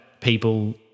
people